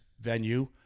venue